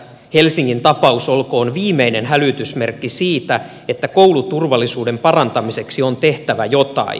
helsingin tapaus olkoon viimeinen hälytysmerkki siitä että kouluturvallisuuden parantamiseksi on tehtävä jotain